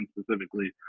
specifically